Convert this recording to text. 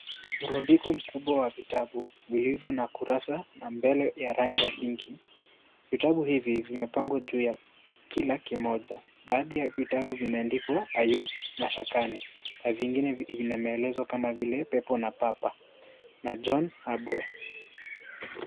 Mirundiko mkubwa wa vitabu vilivyo na kurasa ya mbele ya rangi ya pinki. Vitabu hivi vimepangwa juu ya kila kimoja. Baadhi ya vitabu vimeandikwa Ayub shakani na vingine vina maelezo kama vile Pepo na Papa na John Kaboe.